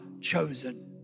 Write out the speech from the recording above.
chosen